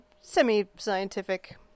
semi-scientific